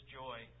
joy